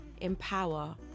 empower